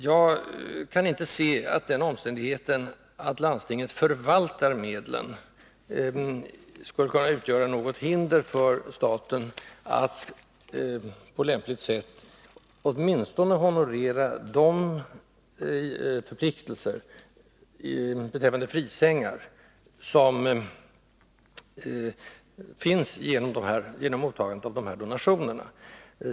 Jag kan inte se att den omständigheten att landstinget förvaltar medlen skulle kunna utgöra något hinder för staten att på lämpligt sätt åtminstone honorera de förpliktelser beträffande frisängar som finns genom det ursprungliga mottagandet av donationerna.